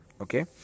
okay